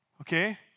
Okay